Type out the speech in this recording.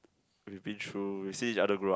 we've been through we've seen each other grow up